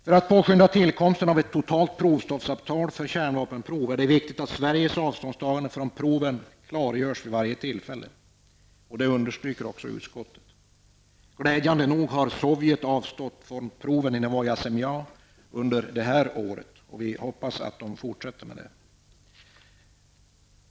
För att påskynda tillkomsten av ett totalt provstoppsavtal för kärnvapenprov är det viktigt att Sveriges avståndstagande från proven klargörs vid varje tillfälle. Detta understryker också utskottet. Glädjande nog har Sovjet avstått från proven i Novaja Zemlja under detta år, och vi hoppas att man fortsätter med det.